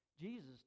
Jesus